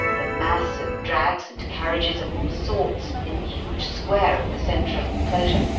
the mass of drags and carriages of all sorts in the huge square of the central enclosure,